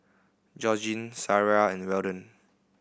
Georgene Sariah and Weldon